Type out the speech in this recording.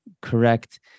correct